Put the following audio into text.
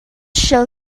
shall